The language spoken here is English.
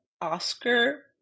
oscar